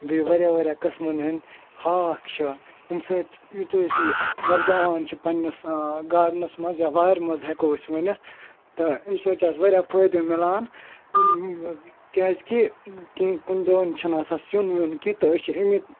بیٚیہِ واریاہ واریاہ قٕسمَن ہٕنٛدۍ ہاکھ چھِ اََمہِ سۭتۍ یُتھ أسۍ یہِ وۄپداوان چھِ پنٛنِس گاڈنَس منٛز یا وارِ منٛز ہٮ۪کو أسۍ ؤنِتھ تہٕ اََمہِ سۭتۍ چھِ اَسہِ واریاہ فٲیدٕ مِلان کیٛازِکہِ کیٚنٛہہ کُنہِ دۄہَن چھُنہٕ آسان سیُن ویُن کیٚنٛہہ تہٕ أسۍ چھِ اَمی